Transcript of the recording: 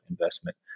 investment